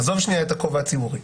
עזוב שנייה את הכובע הציבורי,